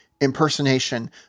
impersonation